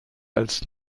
als